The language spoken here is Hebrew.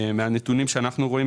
מהנתונים שאנחנו רואים,